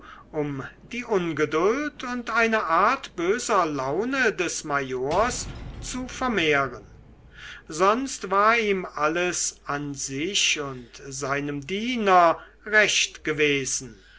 um die ungeduld und eine art böser laune des majors zu vermehren sonst war ihm alles an sich und seinem diener recht gewesen